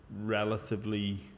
relatively